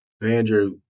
Andrew